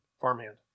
Farmhand